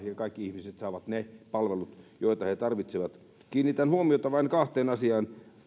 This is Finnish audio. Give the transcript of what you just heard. ja kaikki ihmiset saavat ne palvelut joita he tarvitsevat kiinnitän huomiota vain kahteen asiaan